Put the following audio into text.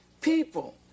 people